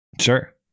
Sure